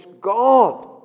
God